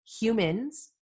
humans